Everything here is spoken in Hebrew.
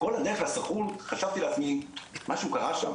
כל הדרך לסוכנות חשבתי לעצמי משהו קרה שם,